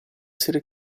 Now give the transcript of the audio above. serie